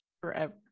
forever